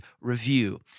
review